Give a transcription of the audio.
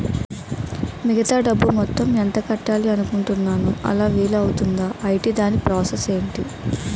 మిగతా డబ్బు మొత్తం ఎంత కట్టాలి అనుకుంటున్నాను అలా వీలు అవ్తుంధా? ఐటీ దాని ప్రాసెస్ ఎంటి?